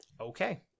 okay